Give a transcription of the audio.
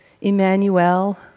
Emmanuel